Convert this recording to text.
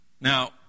Now